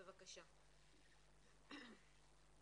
בבקשה ערן.